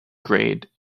grade